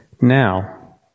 Now